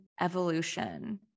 Evolution